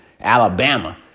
Alabama